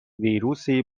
ویروسی